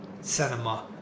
cinema